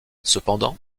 cependant